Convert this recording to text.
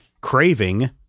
craving